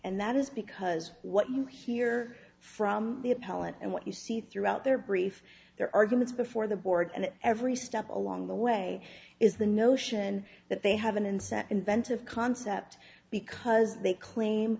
and that is because what you hear from the appellant and what you see throughout their brief their arguments before the board and every step along the way is the notion that they have an inset inventive concept because they claim